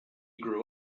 grew